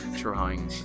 drawing